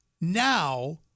now